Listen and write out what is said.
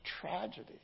Tragedy